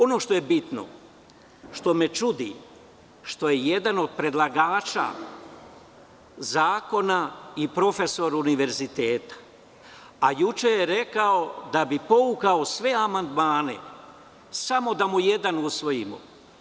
Ono što je bitno, što me čudi, što je jedan od predlagača zakona i profesor univerziteta, a juče je rekao da bi povukao sve amandmane samo da mu jedan usvojimo.